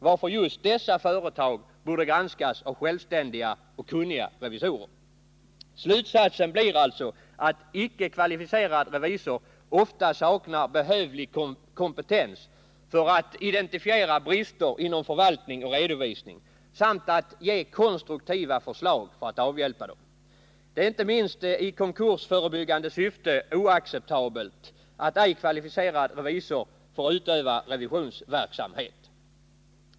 Därför borde just dessa företag granskas av självständiga och kunniga revisorer. Slutsatsen blir alltså att icke kvalificerad revisor ofta saknar behövlig kompetens för att identifiera brister inom förvaltning och redovisning samt att ge konstruktiva förslag för att avhjälpa dem. Det är inte minst i konkursförebyggande syfte oacceptabelt att ej kvalificerad revisor får utöva revisionsverksamhet.